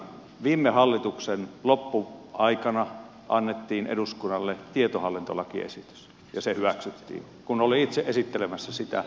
viime hallituksen loppuaikana annettiin eduskunnalle tietohallintolakiesitys ja se hyväksyttiin kun olin itse esittelemässä sitä